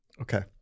Okay